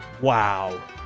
Wow